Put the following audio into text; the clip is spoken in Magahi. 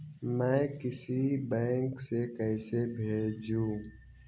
मैं किसी बैंक से कैसे भेजेऊ